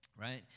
right